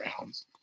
rounds